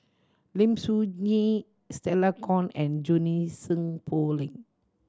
Lim Soo Ngee Stella Kon and Junie Sng Poh Leng